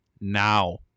now